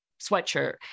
sweatshirt